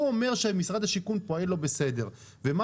הוא אומר שמשרד השיכון פועל לא בסדר ומה